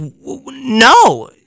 no